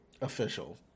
official